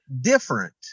different